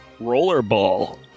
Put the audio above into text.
rollerball